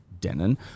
Denon